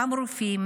אותם רופאים,